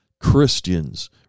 christians